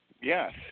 Yes